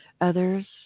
Others